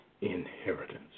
inheritance